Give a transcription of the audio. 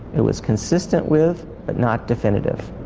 it was consistent with but not definitive.